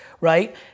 right